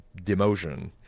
demotion